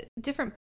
different